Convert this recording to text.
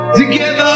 together